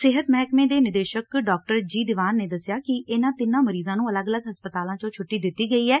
ਸਿਹਤ ਮਹਿਕਮੇ ਦੇ ਨਿਦੇਸ਼ਕ ਡਾ ਜੀ ਦੀਵਾਨ ਨੇ ਦਸਿਆ ਕਿ ਇਨੂਾਂ ਤਿੰਨਾਂ ਮਰੀਜ਼ਾਂ ਨੂੰ ਅਲੱਗ ਅਲੱਗ ਹਸਪਤਾਲਾਂ ਚੋਂ ਛੁੱਟੀ ਦਿੱਤੀ ਗਈ ਐ